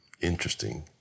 interesting